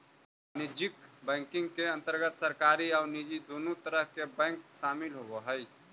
वाणिज्यिक बैंकिंग के अंतर्गत सरकारी आउ निजी दुनों तरह के बैंक शामिल होवऽ हइ